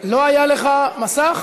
לא היה לך מסך?